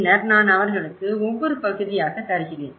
பின்னர் நான் அவர்களுக்கு ஒவ்வொறு பகுதியாக தருகிறேன்